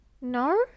No